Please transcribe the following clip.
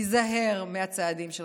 היזהר מהצעדים שלך,